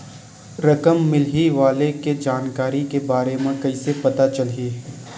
रकम मिलही वाले के जानकारी के बारे मा कइसे पता चलही?